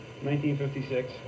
1956